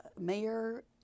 mayor